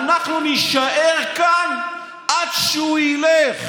אנחנו נישאר כאן עד שהוא ילך.